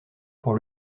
pour